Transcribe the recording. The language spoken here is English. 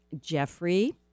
Jeffrey